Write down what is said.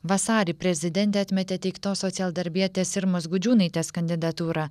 vasarį prezidentė atmetė teiktos socialdarbietės irmos gudžiūnaitės kandidatūrą